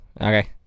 Okay